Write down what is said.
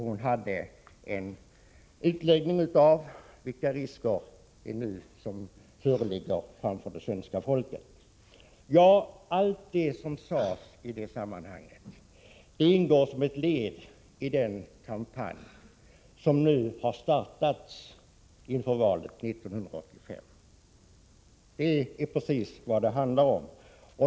Hon hade en utläggning om vilka risker som nu ligger framför det svenska folket. Allt det som sades i det sammanhanget ingår som ett led i den kampanj som har startats inför valet 1985. Det är precis vad det handlar om.